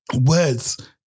words